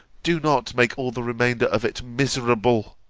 do not, make all the remainder of it miserable!